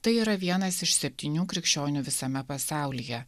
tai yra vienas iš septynių krikščionių visame pasaulyje